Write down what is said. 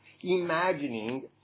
imagining